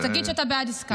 אז תגיד שאתה בעד עסקה.